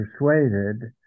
persuaded